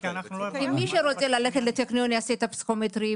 כי מי שרוצה ללכת לטכניון יעשה את הפסיכומטרי,